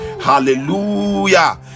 hallelujah